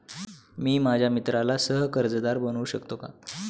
मी माझ्या मित्राला सह कर्जदार बनवू शकतो का?